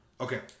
okay